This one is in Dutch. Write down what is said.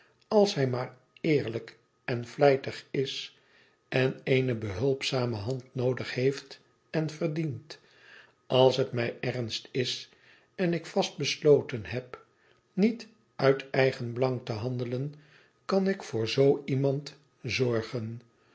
als hij maar eerlijk en vlijtig is en eene behulpzame hand noodig heeft en verdient als het mij ernst is en ik vast besloten heb niet uit eigenbelang te handelen kan ik voor zoo iemand zorgen